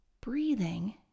breathing